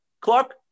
clark